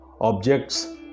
objects